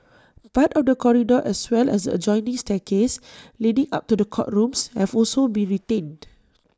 part of the corridor as well as adjoining staircase leading up to the courtrooms have also been retained